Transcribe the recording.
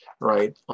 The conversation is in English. right